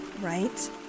right